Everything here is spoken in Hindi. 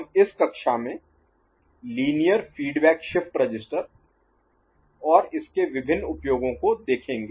हम इस कक्षा में लीनियर फीडबैक शिफ्ट रजिस्टर और इसके विभिन्न उपयोगों को देखेंगे